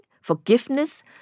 forgiveness